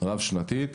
רב שנתית.